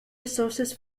resources